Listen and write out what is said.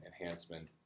enhancement